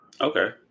Okay